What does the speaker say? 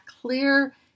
clear